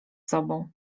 sobą